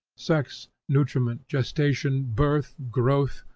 sex, nutriment, gestation, birth, growth,